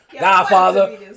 Godfather